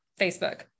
Facebook